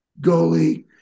goalie